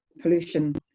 pollution